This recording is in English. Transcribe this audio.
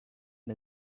and